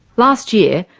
last year,